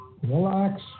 relax